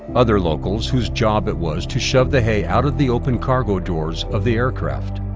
other locals whose job it was to shove the hay out of the open cargo doors of the aircraft.